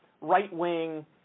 right-wing